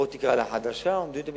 תקרא לה החדשה, או המדיניות המתבקשת.